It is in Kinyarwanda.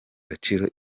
gaciro